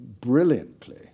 brilliantly